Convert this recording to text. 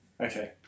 Okay